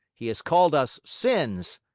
he has called us sins.